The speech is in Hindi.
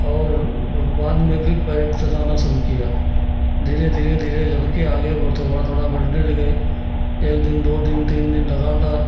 और ओ बाद में फ़िर पैर चलाना शुरू किया धीरे धीरे धीरे करके आगे थोड़ा थोड़ा बढ़ने लगे एक दिन दो दिन तीन दिन लगातार